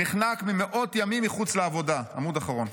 נחנק ממאות ימים מחוץ לעבודה" עמוד אחרון,